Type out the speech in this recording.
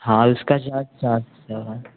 हाँ उसका चार्ज सात सौ है